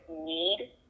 need